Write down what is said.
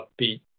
upbeat